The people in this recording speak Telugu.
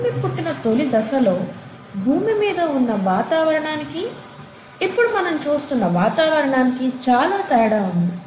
భూమి పుట్టిన తొలి దశలో భూమి మీద ఉన్న వాతావరణానికీ ఇప్పుడు మనం చూస్తున్న వాతావరణానికీ చాలా తేడా ఉంది